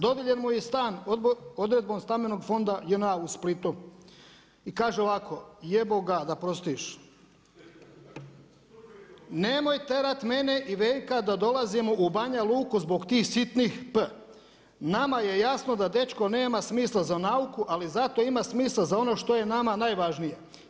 Dodijeljen mu je i stan odredbom Stambenog fonda JNA u Splitu i kaže ovako: Jebo ga da prostiš, nemoj terat mene i Veljka da dolazimo u Banja Luku zbog tih sitnih p. Nama je jasno da dečko nema smisla za nauku, ali zato ima smisla za ono što je nama najvažnije.